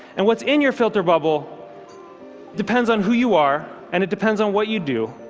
and what's in your filter bubble depends on who you are, and it depends on what you do.